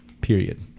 Period